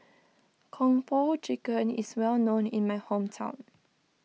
Kung Po Chicken is well known in my hometown